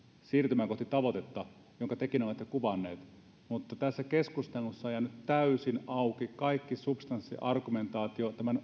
siirtymään kohti tavoitetta jonka tekin olette kuvanneet mutta tässä keskustelussa on jäänyt täysin auki kaikki substanssiargumentaatio tämän